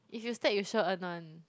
if you stack you sure earn [one]